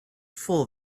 full